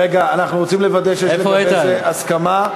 רגע, אנחנו רוצים לוודא שיש לגבי זה הסכמה.